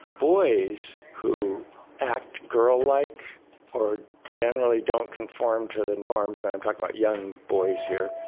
boys who act girl-like or generally don't conform to the norms, and i'm talking about young boys here,